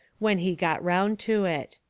when he got round to it.